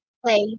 play